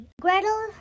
Gretel